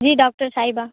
جی doctor صاحبہ